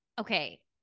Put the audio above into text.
Okay